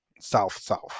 south-south